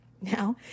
Now